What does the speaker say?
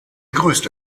größte